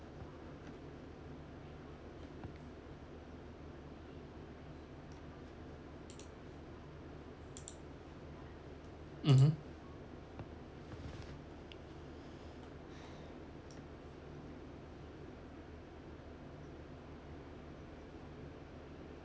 mmhmm